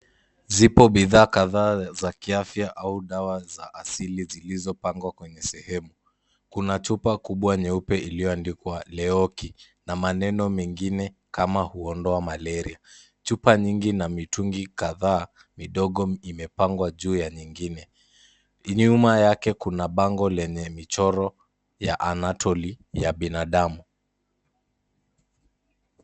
Zipo bidhaa kadhaa za kiafya au dawa za asili zilizopangwa kwenye sehemu. Kuna chupa kubwa nyeupe iliyoandikwa Leoki na maneno mengine kama huondoa malaria. Chupa nyingi na mitungi kadhaa vidogo imepangwa juu ya nyingine. Nyuma yake kuna bango lenye michoro ya anatomy ya binadamu.